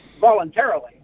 voluntarily